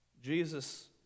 Jesus